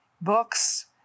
books